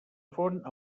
font